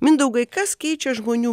mindaugai kas keičia žmonių